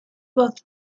both